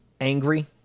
angry